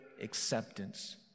acceptance